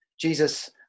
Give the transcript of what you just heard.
Jesus